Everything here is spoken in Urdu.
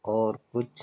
اور کچھ